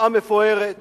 תנועה מפוארת